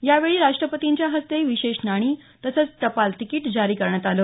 यावेळी राष्ट्रपतींच्या हस्ते विशेष नाणी तसंच टपाल तिकिट जारी करण्यात आलं